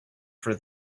for